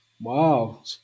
Wow